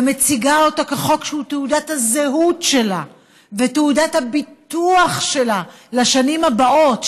ומציגה אותו כחוק שהוא תעודת הזהות שלה ותעודת הביטוח שלה לשנים הבאות,